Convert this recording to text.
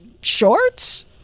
shorts